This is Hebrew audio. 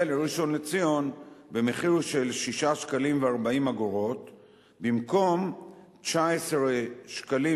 לראשון-לציון במחיר של 6.4 שקלים במקום 19.6 שקלים,